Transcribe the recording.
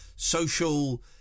social